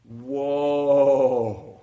whoa